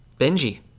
Benji